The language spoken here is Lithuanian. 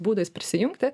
būdais prisijungti